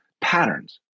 patterns